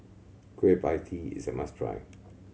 Kueh Pie Tee is a must try